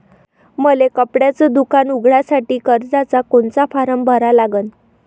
मले कपड्याच दुकान उघडासाठी कर्जाचा कोनचा फारम भरा लागन?